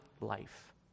life